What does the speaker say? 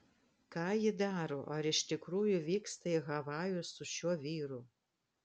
ką ji daro ar iš tikrųjų vyksta į havajus su šiuo vyru